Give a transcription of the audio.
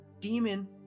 demon